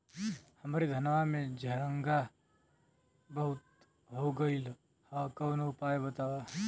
हमरे धनवा में झंरगा बहुत हो गईलह कवनो उपाय बतावा?